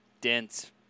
dense